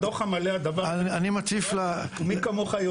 בדוח המלא הדבר הזה מוצג ומי כמוך יודע